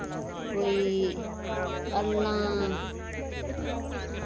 कोई अल्लां